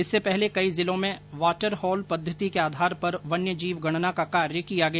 इससे पहले कई जिलों में वाटर हॉल पद्धति के आधार पर वन्यजीव गणना का कार्य किया गया